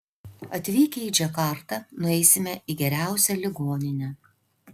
atvykę į džakartą nueisime į geriausią ligoninę